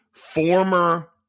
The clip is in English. Former